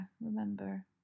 remember